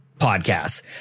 podcasts